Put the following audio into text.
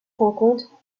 rencontre